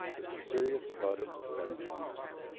if we're serious about it, we'll spend the money on it.